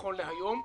נכון להיום.